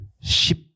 ship